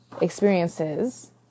experiences